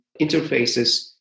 interfaces